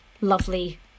lovely